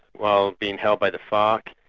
while being held by the farc,